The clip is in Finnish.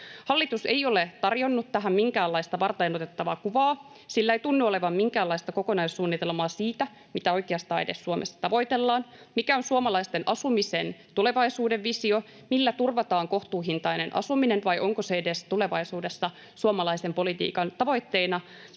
Hallitus ei ole tarjonnut tähän minkäänlaista varteenotettavaa kuvaa, sillä ei tunnu olevan minkäänlaista kokonaissuunnitelmaa siitä, mitä oikeastaan Suomessa edes tavoitellaan, mikä on suomalaisten asumisen tulevaisuuden visio, millä turvataan kohtuuhintainen asuminen vai onko se tulevaisuudessa edes suomalaisen politiikan tavoitteena.